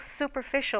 superficial